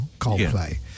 Coldplay